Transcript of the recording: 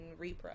repro